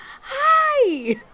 Hi